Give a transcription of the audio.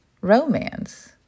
romance